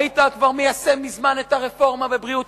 היית כבר מיישם מזמן את הרפורמה בבריאות